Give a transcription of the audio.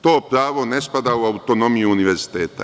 To pravo ne spada u autonomiju univerziteta.